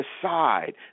decide